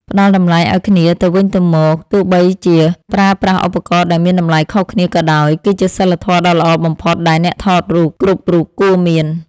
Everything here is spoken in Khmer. ផ្តល់តម្លៃឱ្យគ្នាទៅវិញទៅមកទោះបីជាប្រើប្រាស់ឧបករណ៍ដែលមានតម្លៃខុសគ្នាក៏ដោយគឺជាសីលធម៌ដ៏ល្អបំផុតដែលអ្នកថតរូបគ្រប់រូបគួរមាន។